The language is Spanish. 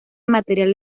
materiales